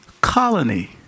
colony